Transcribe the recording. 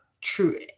true